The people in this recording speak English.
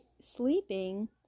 sleeping